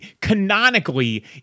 canonically